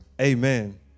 Amen